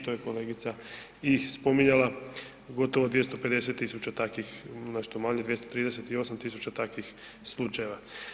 To je kolegica i spominjala gotovo 250.000 takvih nešto manje 238.000 takvih slučajeva.